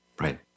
right